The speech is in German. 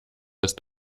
ist